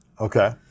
Okay